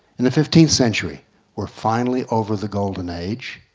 in the fifteenth century we are finally over the golden age.